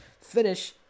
finish